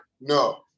no